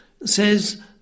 says